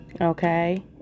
okay